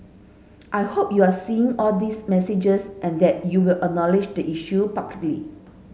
I hope you're seeing all these messages and that you will acknowledge the issue publicly